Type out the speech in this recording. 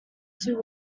two